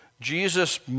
Jesus